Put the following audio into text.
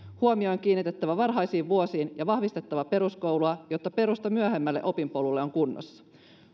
huomio on kiinnitettävä varhaisiin vuosiin ja vahvistettava peruskoulua jotta perusta myöhemmälle opinpolulle on kunnossa